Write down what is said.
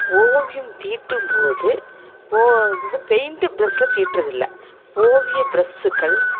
ஓவியம் தீட்டும்போது ஓ இது பெயிண்ட்டு ப்ரஷ்ல தீட்டுறதில்ல ஓவியப் ப்ரஸ்ஸுக்கள்